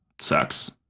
sucks